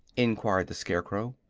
enquired the scarecrow.